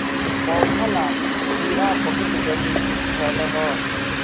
पौधा लात कीड़ा बहुत जल्दी फैलोह